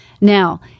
Now